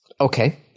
Okay